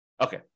Okay